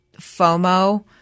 FOMO